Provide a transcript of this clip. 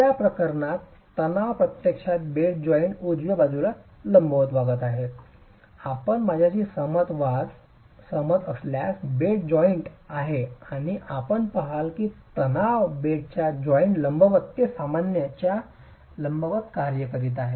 या प्रकरणात तणाव प्रत्यक्षात बेडच्या जॉइंट उजव्या बाजूला लंबवत वागत आहे आपण माझ्याशी सहमत व्हाल आपल्यास बेड जॉइंट आहे आणि आपण पहाल की तणाव बेडच्या जॉइंट लंबवत ते सामान्य च्या लंबवत कार्य करीत आहे